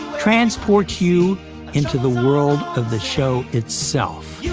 transports you into the world of the show itself. yeah